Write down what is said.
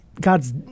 God's